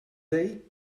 day